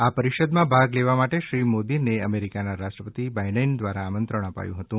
આ પરીષદમાં ભાગ લેવા માટે શ્રી મોદીને અમેરિકાના રાષ્ટ્રપતિ બાઈડન દ્વારા આમંત્રણ અપાયું હતું